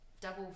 double